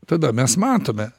tada mes matome